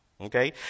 Okay